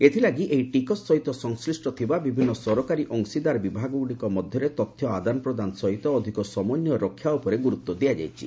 ଏଥିଲାଗି ଏହି ଟିକସ ସହିତ ସଂଶ୍ଳିଷ୍ଟ ଥିବା ବିଭିନ୍ନ ସରକାରୀ ଅଂଶୀଦାର ବିଭାଗଗୁଡ଼ିକ ମଧ୍ୟରେ ତଥ୍ୟ ଆଦାନ ପ୍ରଦାନ ସହିତ ଅଧିକ ସମନ୍ୱୟ ରକ୍ଷା ଉପରେ ଗୁରୁତ୍ୱ ଦିଆଯାଇଛି